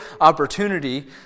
opportunity